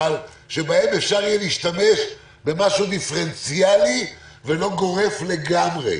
אבל שבהם אפשר יהיה להשתמש במשהו דיפרנציאלי ולא גורף לגמרי.